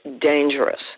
dangerous